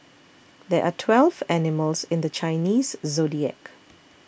there are twelve animals in the Chinese zodiac